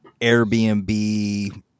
airbnb